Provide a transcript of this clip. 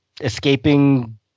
escaping